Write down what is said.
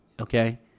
okay